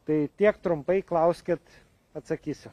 tai tiek trumpai klauskit atsakysiu